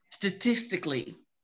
Statistically